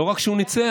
לא רק שהוא ניצח,